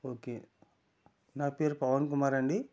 okay నా పేరు పవన్ కుమార్ అండి